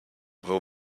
will